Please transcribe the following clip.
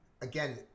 again